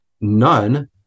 none